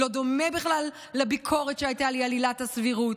לא דומה בכלל לביקורת שהייתה לי על עילת הסבירות.